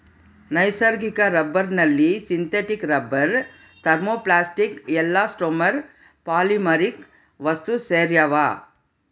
ನೈಸರ್ಗಿಕ ರಬ್ಬರ್ನಲ್ಲಿ synthetic rubber thermoplastic elastomer polymeric ವಸ್ತುಸೇರ್ಯಾವ